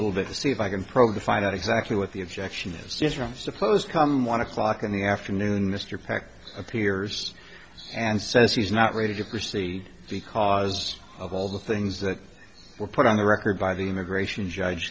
little bit to see if i can probe the find out exactly what the objection is sr i'm supposed come one o'clock in the afternoon mr packer appears and says he's not ready to proceed because of all the things that were put on the record by the immigration judge